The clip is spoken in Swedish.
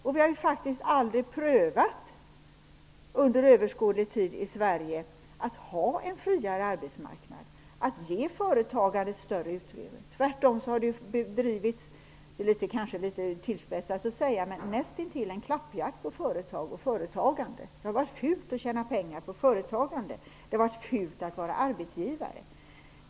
Vi i Sverige har faktiskt aldrig under överskådlig tid provat på en friare arbetsmarknad, dvs. provat på att ge företagare ett större utrymme. Tvärtom har det bedrivits -- skulle jag vilja säga, även om det kanske är att uttrycka sig litet tillspetsat -- nästintill en klappjakt när det gäller företagen och företagandet. Det har varit fult att tjäna pengar på företagande. Det har varit fult att vara arbetsgivare.